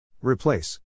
Replace